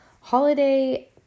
holiday